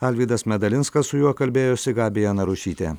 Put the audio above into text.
alvydas medalinskas su juo kalbėjosi gabija narušytė